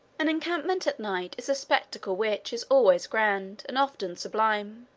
an encampment at night is a spectacle which is always grand, and often sublime.